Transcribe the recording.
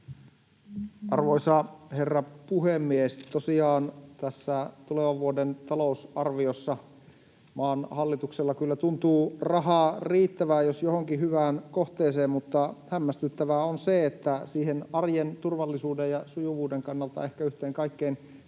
Arvoisa herra puhemies! Tosiaan tässä tulevan vuoden talousarviossa maan hallituksella kyllä tuntuu rahaa riittävän jos johonkin hyvään kohteeseen, mutta hämmästyttävää on se, että siihen arjen turvallisuuden ja sujuvuuden kannalta ehkä yhteen kaikkein